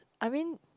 I mean